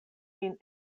min